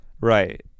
Right